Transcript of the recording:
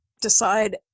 decide